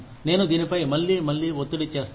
నేను దీనిపై మళ్లీ మళ్లీ ఒత్తిడి చేస్తాను